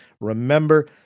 Remember